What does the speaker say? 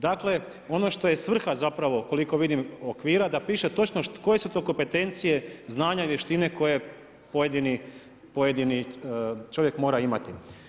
Dakle ono što je svrha zapravo koliko vidim okvira da piše točno koje su to kompetencije, znanja i vještine koje pojedini čovjek mora imati.